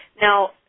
Now